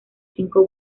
cinco